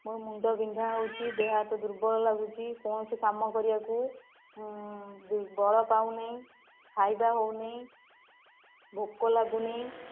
ମୋ ମୁଣ୍ଡ ବିନ୍ଧା ହେଉଛି ଦେହହାତ ଦୁର୍ବଳ ଲାଗୁଛି କୌଣସି କାମ କରିବାକୁ ବଳ ପାଉନି ଖାଇବା ହଉନି ଭୋକ ଲାଗୁନି